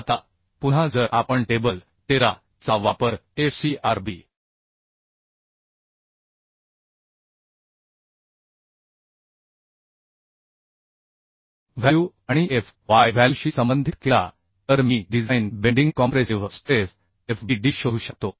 आता पुन्हा जर आपण टेबल 13 चा वापर f c r b value आणि f y व्हॅल्यूशी संबंधित केला तर मी design bending compressive stress f b d शोधू शकतो